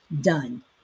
done